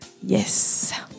Yes